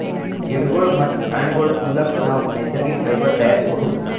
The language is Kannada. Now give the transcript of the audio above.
ಗಿಡಗೋಳ್ ಮತ್ತ್ ಪ್ರಾಣಿಗೋಳ್ ಮುಲಕ್ ನಾವ್ ನೈಸರ್ಗಿಕ್ ಫೈಬರ್ ತಯಾರಿಸ್ಬಹುದ್